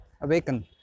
awaken